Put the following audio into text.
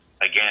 Again